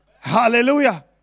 Hallelujah